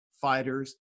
fighters